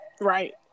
Right